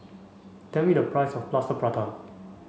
tell me the price of Plaster Prata